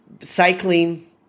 cycling